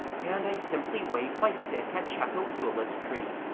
and i simply wave my stick at cecco hewlett's tree,